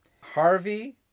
Harvey